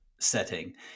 setting